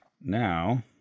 now